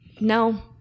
no